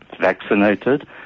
vaccinated